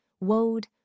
Wode